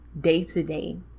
day-to-day